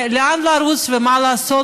לאן לרוץ ומה לעשות?